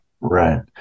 Right